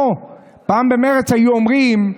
פעם במרצ היו אומרים: